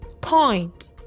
point